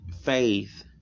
faith